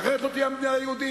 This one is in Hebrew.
ואחרת לא תהיה מדינה יהודית.